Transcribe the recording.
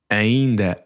ainda